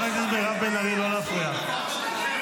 --- ישראל.